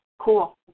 Cool